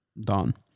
done